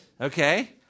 Okay